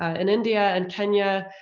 ah in india and kenya.